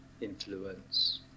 influence